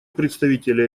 представителя